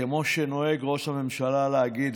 כמו שנוהג ראש הממשלה להגיד,